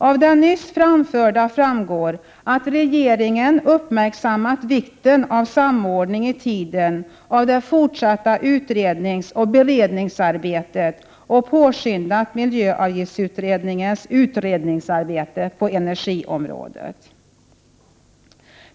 Av det nyss anförda framgår att regeringen uppmärksammat vikten av samordning i tiden av det fortsatta utredningsoch beredningsarbetet och påskyndat miljöavgiftsutredningens utredningsarbete på energiområdet.